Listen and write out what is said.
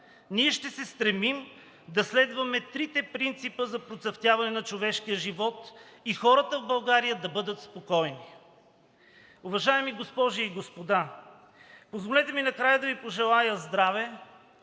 Ние ще се стремим да следваме трите принципа за процъфтяване на човешкия живот и хората в България да бъдат спокойни. Уважаеми госпожи и господа! Позволете ми накрая да Ви пожелая здраве,